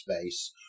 space